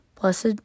Blessed